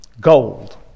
gold